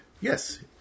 Yes